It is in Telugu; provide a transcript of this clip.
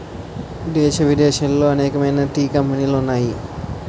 దేశ విదేశాలలో అనేకమైన టీ కంపెనీలు ఉన్నాయి